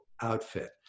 outfit